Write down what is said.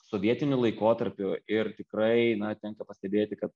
sovietiniu laikotarpiu ir tikrai na tenka pastebėti kad